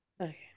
Okay